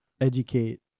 educate